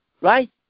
Right